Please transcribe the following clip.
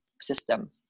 system